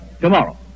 tomorrow